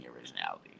originality